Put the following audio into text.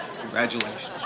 Congratulations